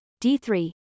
D3